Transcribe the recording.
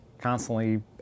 constantly